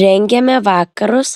rengiame vakarus